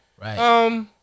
Right